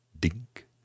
dink